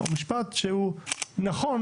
הוא משפט שהוא נכון,